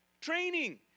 Training